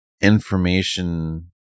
information